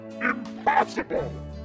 Impossible